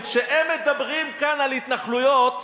וכשהם מדברים כאן על התנחלויות,